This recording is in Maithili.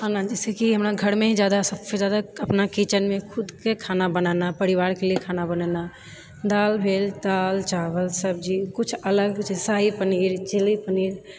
खाना जैसे कि हमरा घरमे ही जादा सबसँ जादा अपना किचनमे खुदके खाना बनाना परिवारके लिअ खाना बनाना दाल भेल दाल चावल सब्जी किछु अलग जैसेकि शाही पनीर चिली पनीर